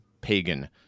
pagan